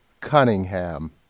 Cunningham